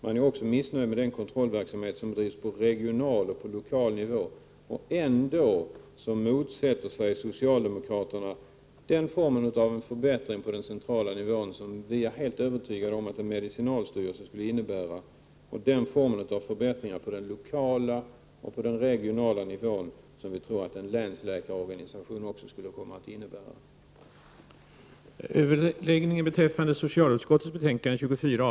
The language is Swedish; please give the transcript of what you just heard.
Man är också missnöjd med den kontrollverksamhet som bedrivs på både regional och lokal nivå. Ändå motsätter sig socialdemokraterna den form av en förbättring på den centrala nivån som jag är helt övertygad om att ett återinrättande av medicinalstyrelsen skulle innebära samt den form av förbättring på den lokala och regionala nivån som vi tror att en länsläkarorganisation också skulle komma att innebära.